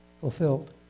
fulfilled